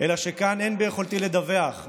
אלא שכאן אין ביכולתי לדווח,